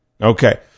Okay